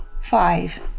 five